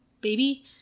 baby